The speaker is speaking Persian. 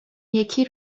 یکی